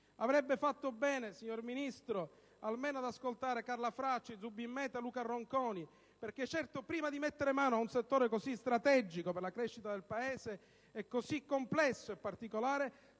Avrebbe fatto bene, signor Ministro, almeno ad ascoltare Carla Fracci, Zubin Mehta, Luca Ronconi. Perché, certo, prima di mettere mano a un settore così strategico per la crescita del Paese e così complesso e particolare,